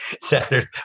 Saturday